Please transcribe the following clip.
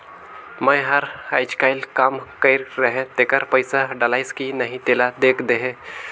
मै हर अईचकायल काम कइर रहें तेकर पइसा डलाईस कि नहीं तेला देख देहे?